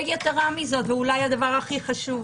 יתרה מזו, ואולי הדבר הכי חשוב,